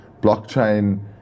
blockchain